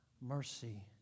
mercy